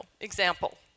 example